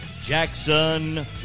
Jackson